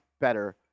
better